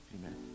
Amen